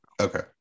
Okay